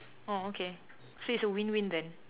oh okay so it's a win win then